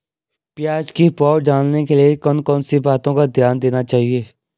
प्याज़ की पौध डालने के लिए कौन कौन सी बातों का ध्यान देना चाहिए?